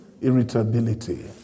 Irritability